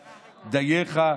דייך.